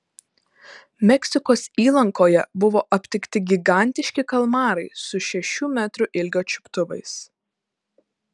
meksikos įlankoje buvo aptikti gigantiški kalmarai su šešių metrų ilgio čiuptuvais